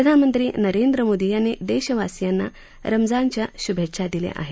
प्रधानमंत्री नरेंद्र मोदी यांनी देशवासियांना रमजानच्या शुभेच्छा दिल्या आहेत